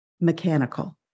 mechanical